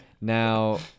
Now